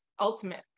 ultimate